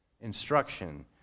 instruction